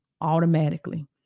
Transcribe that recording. automatically